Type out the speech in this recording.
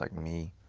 like me,